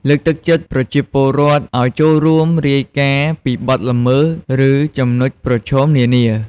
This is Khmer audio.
លើកទឹកចិត្តប្រជាពលរដ្ឋ ឱ្យចូលរួមរាយការណ៍ពីបទល្មើស ឬចំណុចប្រឈមនានា។